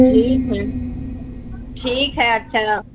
ٹھیک ہے ٹھیک ہے اچھا